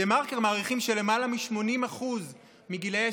בדה-מרקר מעריכים שלמעלה מ-80% מגילאי